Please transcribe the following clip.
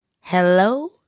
Hello